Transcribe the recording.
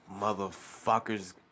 motherfuckers